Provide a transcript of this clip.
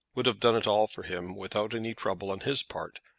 would have done it all for him without any trouble on his part,